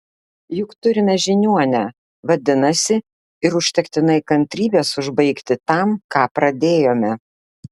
juk turime žiniuonę vadinasi ir užtektinai kantrybės užbaigti tam ką pradėjome